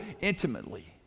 intimately